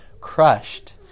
crushed